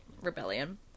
rebellion